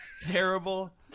terrible